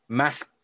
mask